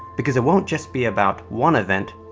because it won't just be about one event,